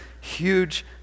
huge